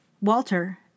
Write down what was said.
Walter